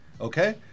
Okay